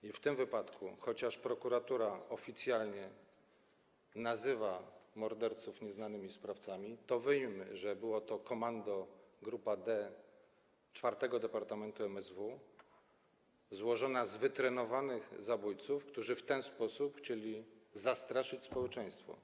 I w tym wypadku, chociaż prokuratura oficjalnie nazywa morderców nieznanymi sprawcami, to wiemy, że było to komando Grupa D Departamentu IV MSW złożona z wytrenowanych zabójców, którzy w ten sposób chcieli zastraszyć społeczeństwo.